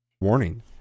warning